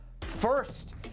first